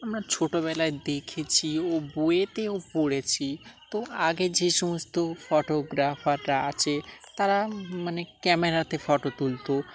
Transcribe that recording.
আমরা ছোটোবেলায় দেখেছি ও বইয়েতেও পড়েছি তো আগে যে সমস্ত ফটোগ্রাফাররা আছে তারা মানে ক্যামেরাতে ফটো তুলতো